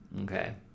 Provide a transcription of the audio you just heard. Okay